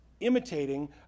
imitating